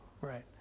Right